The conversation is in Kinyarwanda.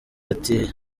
ati